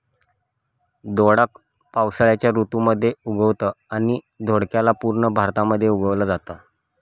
दोडक पावसाळ्याच्या ऋतू मध्ये उगवतं आणि दोडक्याला पूर्ण भारतामध्ये उगवल जाता